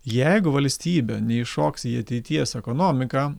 jeigu valstybė neįšoks į ateities ekonomiką